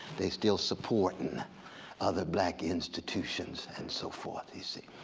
they're still supporting other black institutions and so forth.